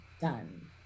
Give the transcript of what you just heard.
done